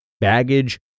baggage